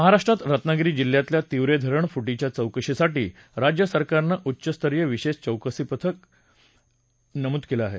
महाराष्ट्रात रत्नागिरी जिल्ह्यातल्या तिवरे धरण फुटीच्या चौकशीसाठी राज्य सरकारनं उच्चस्तरीय विशेष चौकशी पथक स्थापन केलं आहे